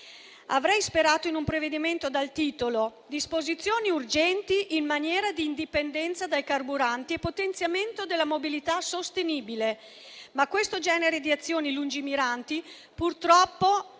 Avrei sperato in un provvedimento dal titolo: "Disposizioni urgenti in materia di indipendenza dai carburanti e potenziamento della mobilità sostenibile». Ma questo genere di azioni lungimiranti purtroppo non